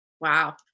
Wow